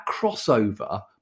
crossover